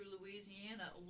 Louisiana